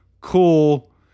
Cool